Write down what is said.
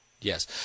yes